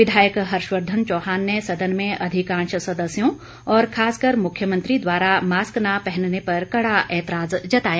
विधायक हर्षवर्धन चौहान ने सदन में अधिकांश सदस्यों और खासकर मुख्यमंत्री द्वारा मास्क न पहनने पर कड़ा एतराज जताया